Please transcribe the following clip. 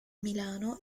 milano